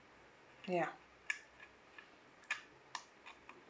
ya